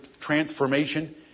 transformation